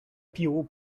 più